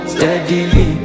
Steadily